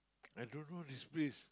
I don't know this place